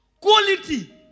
Quality